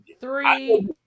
three